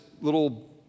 little